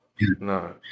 no